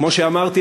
כמו שאמרתי,